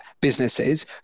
businesses